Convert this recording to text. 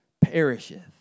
perisheth